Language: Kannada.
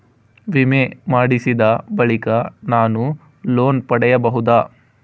ವಿಮೆ ಮಾಡಿಸಿದ ಬಳಿಕ ನಾನು ಲೋನ್ ಪಡೆಯಬಹುದಾ?